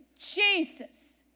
Jesus